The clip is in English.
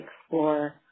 explore